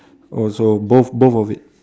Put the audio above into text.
oh so both both of it